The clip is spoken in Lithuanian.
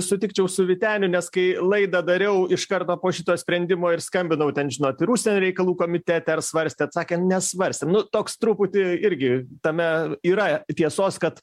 sutikčiau su vyteniu nes kai laidą dariau iš karto po šito sprendimo ir skambinau ten žinot ir užsienio reikalų komitete ar svarstėt sakė nesvarstėm nu toks truputį irgi tame yra tiesos kad